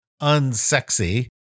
unsexy